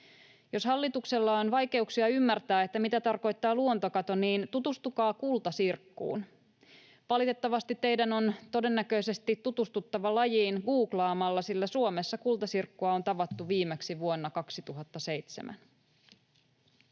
Jos hallituksella on vaikeuksia ymmärtää, mitä tarkoittaa luontokato, niin tutustukaa kultasirkkuun. Valitettavasti teidän on todennäköisesti tutustuttava lajiin googlaamalla, sillä Suomessa kultasirkkua on tavattu viimeksi vuonna 2007.